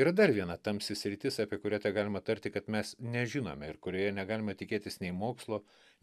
yra dar viena tamsi sritis apie kurią tegalima tarti kad mes nežinome ir kurioje negalime tikėtis nei mokslo